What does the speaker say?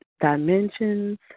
dimensions